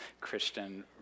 Christian